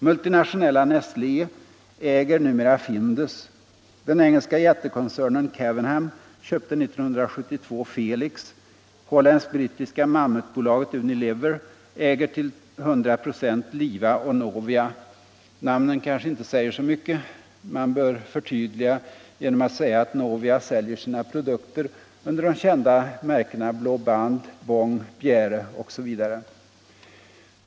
Multinationella Nestlé äger numera Findus. Den engelska jättekoncernen Cavenham köpte 1972 Felix. Holländsk-brittiska mammutbolaget Unilever äger till 100 26 Liva och Novia. Namnen säger kanske inte så mycket. Man bör förtydliga genom att säga att Novia säljer sina produkter under de kända märkena Blå Band, Bong, Bjäre OSV.